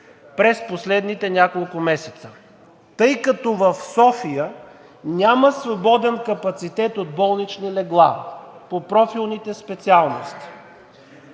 през последните няколко месеца, тъй като в София няма свободен капацитет от болнични легла по профилните специалности.